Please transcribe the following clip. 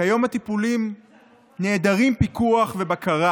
כיום לטיפולים אין פיקוח ובקרה.